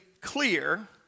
clear